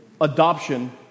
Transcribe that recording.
adoption